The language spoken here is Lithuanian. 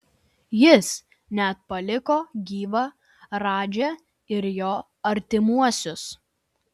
jis net paliko gyvą radžą ir jo artimuosius